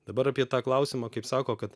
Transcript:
dabar apie tą klausimą kaip sako kad